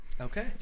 Okay